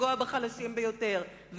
שהולך לפגוע בחלשים ביותר?